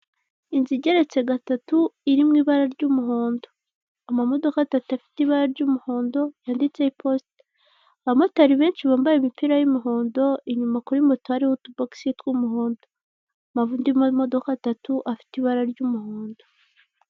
Inzu igeretse gatau iri mu ibara ry'umuhondo, amamodoka atatu afite ibara ry'umuhondo handitseho iposita, abamotari benshi bambaye imipira y'umuhondo inyuma kuri moto hariho utubogisi tw'umuhondo n'andi mamodoka atatu afite ibara ry'umuhondo.